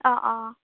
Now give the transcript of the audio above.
অঁ অঁ